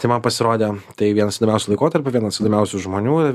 tai man pasirodė tai vienas įdomiausių laikotarpių vienas įdomiausių žmonių ir